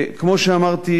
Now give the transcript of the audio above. כמו שאמרתי,